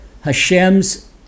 Hashem's